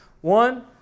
One